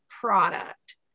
product